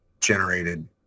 generated